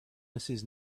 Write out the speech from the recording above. mrs